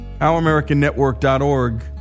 ouramericannetwork.org